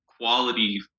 quality